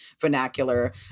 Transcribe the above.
vernacular